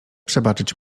przebaczyć